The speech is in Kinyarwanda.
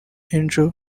angel